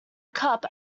cup